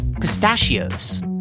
pistachios